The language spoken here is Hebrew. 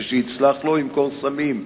וכשיצלח בידו הוא ימכור סמים,